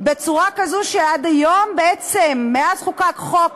בצורה כזו שעד היום בעצם, מאז חוקק חוק